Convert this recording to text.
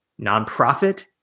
nonprofit